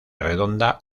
redonda